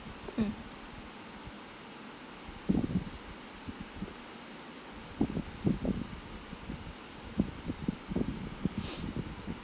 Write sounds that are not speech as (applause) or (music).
mm (noise)